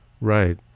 right